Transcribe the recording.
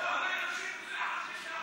אתה הורג אנשים, רוצח אנשים שם.